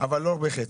אבל לא בחצי.